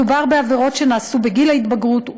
מדובר בעבירות שנעשו בגיל ההתבגרות,